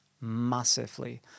massively